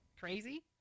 crazy